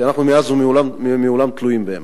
שאנחנו מאז ומעולם תלויים בהן.